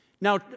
Now